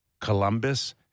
Columbus